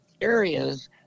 areas